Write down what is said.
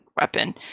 weapon